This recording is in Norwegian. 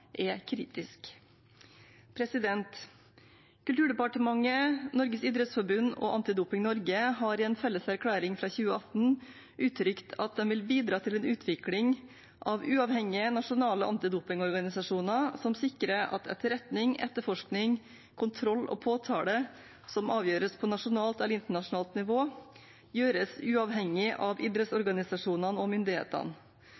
er kritisk. Kulturdepartementet, Norges Idrettsforbund og Antidoping Norge har i en felles erklæring fra 2018 uttrykt at de vil bidra til en utvikling av uavhengige, nasjonale antidopingorganisasjoner som sikrer at etterretning, etterforskning, kontroll og påtale som avgjøres på nasjonalt eller internasjonalt nivå, gjøres uavhengig av